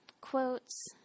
quotes